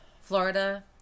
Florida